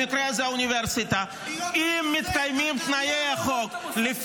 במקרה הזה האוניברסיטה -- זה הכול חוץ מדמוקרטיה.